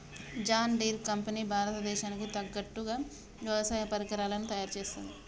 John Deere company Bharata దేశానికి తగ్గట్టుగా వ్యవసాయ పరికరాలను తయారుచేస్తది